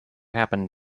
happened